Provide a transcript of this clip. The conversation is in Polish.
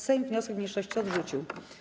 Sejm wniosek mniejszości odrzucił.